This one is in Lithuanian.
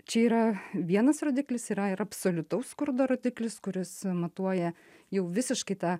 čia yra vienas rodiklis yra ir absoliutaus skurdo rodiklis kuris matuoja jau visiškai tą